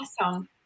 Awesome